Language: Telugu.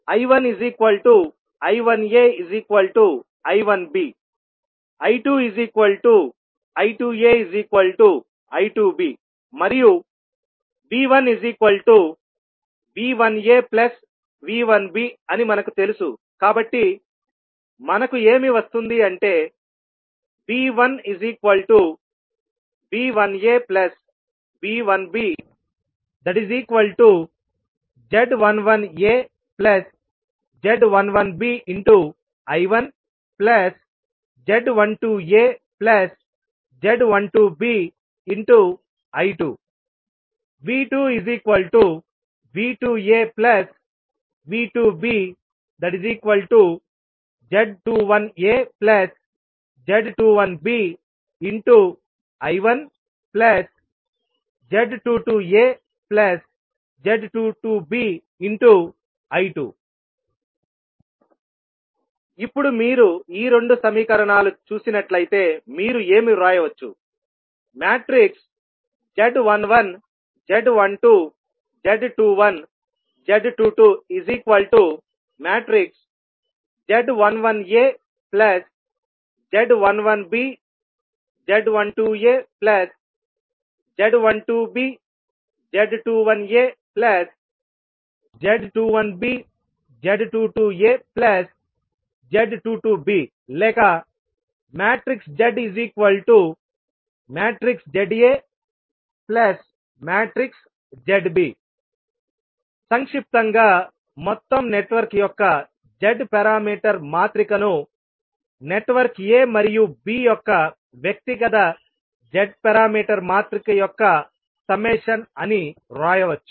I1I1aI1bI2I2aI2b మరియు V1V1aV1b అని మనకు తెలుసు కాబట్టిమనకు ఏమి వస్తుంది అంటే V1V1aV1bz11az11bI1z12az12bI2 V2V2aV2bz21az21bI1z22az22bI2 ఇప్పుడు మీరు ఈ రెండు సమీకరణాలు చూసినట్లయితే మీరు ఏమి వ్రాయవచ్చు z11 z12 z21 z22 z11az11b z12az12b z21az21b z22az22b లేక zzazb సంక్షిప్తంగా మొత్తం నెట్వర్క్ యొక్క z పారామీటర్ మాత్రిక ను నెట్వర్క్ a మరియు b యొక్క వ్యక్తిగత z పారామీటర్ మాత్రిక యొక్క సమ్మెషన్ అని వ్రాయవచ్చు